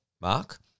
mark